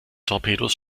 torpedos